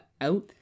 out